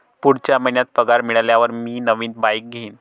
पुढच्या महिन्यात पगार मिळाल्यावर मी नवीन बाईक घेईन